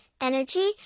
energy